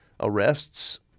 arrests